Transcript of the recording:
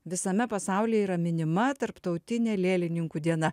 visame pasaulyje yra minima tarptautinė lėlininkų diena